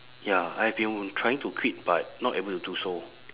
ya I have been trying to quit but not able to do so